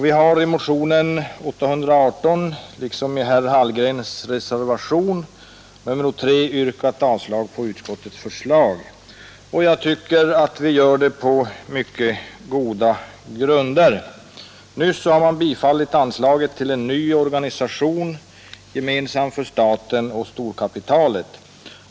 Vi har i motionen 818 liksom i reservationen 3 av herr Hallgren yrkat avslag på utskottets förslag. Detta gör vi på mycket goda grunder. Man har nyss bifallit anslaget till en ny organisation gemensam för staten och storkapitalet.